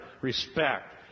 respect